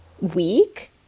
week